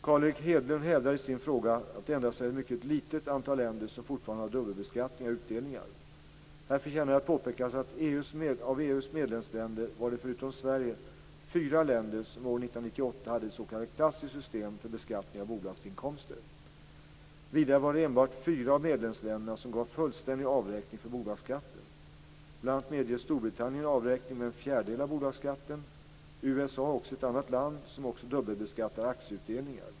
Carl Erik Hedlund hävdar i sin fråga att det endast är ett mycket litet antal länder som fortfarande har dubbelbeskattning av utdelningar. Här förtjänar det att påpekas att av EU:s medlemsländer var det förutom Sverige fyra länder som år 1998 hade ett s.k. Vidare var det enbart fyra av medlemsländerna som gav fullständig avräkning för bolagsskatten. Bl.a. medger Storbritannien avräkning med en fjärdedel av bolagsskatten. USA är ett annat land som också "dubbelbeskattar" aktieutdelningar.